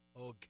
Okay